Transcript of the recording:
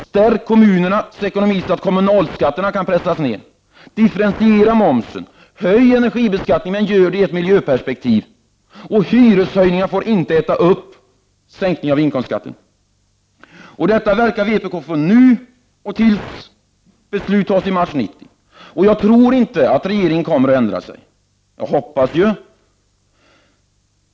Stärk kommunernas ekonomi, så att kommunalskatterna kan pressas ner. Differentiera momsen. Höj energibeskattningen, men gör det i ett miljöperspektiv. Hyreshöjningar får inte ”äta upp” en sänkning av inkomstskatten. Detta verkar vpk för nu och tills beslut fattas i mars 1990. Jag tror inte att regeringen kommer att ändra sig, men jag hoppas.